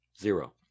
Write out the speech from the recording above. Zero